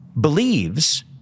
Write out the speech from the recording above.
believes